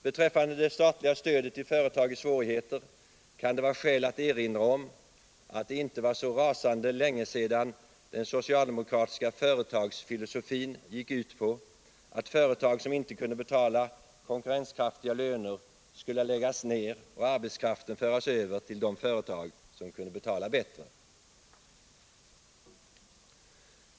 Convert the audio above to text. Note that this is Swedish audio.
Beträffande det statliga stödet till företag i svårigheter kan det vara skäl att erinra om att det inte var så rasande länge sedan den socialdemokratiska företagsfilosofin gick ut på att företag som inte kunde betala konkurrenskraftiga löner skulle läggas ner och arbetskraften föras över till de företag som kunde betala bättre.